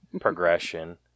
progression